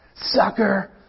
sucker